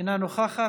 אינה נוכחת.